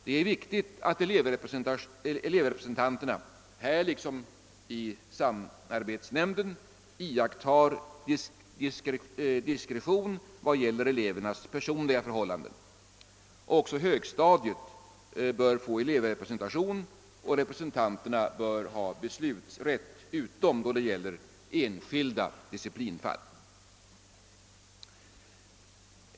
Det är viktigt att elevrepresentanterna här liksom i samarbetsnämnden iakttar diskretion beträffande elevernas personliga förhållanden. Också högstadiet bör få elevrepresentation. Elevrepresentanterna bör ha beslutanderätt utom då det gäller enskilda disciplinfall.